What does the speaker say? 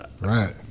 Right